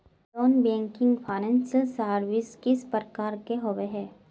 Non banking financial services किस प्रकार के होबे है?